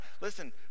Listen